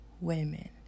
women